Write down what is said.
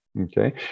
okay